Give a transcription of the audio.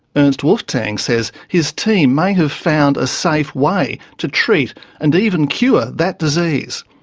ernst wolvetang says his team may have found a safe way to treat and even cure that disease,